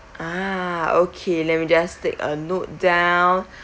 ah okay let me just take a note down